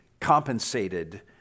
compensated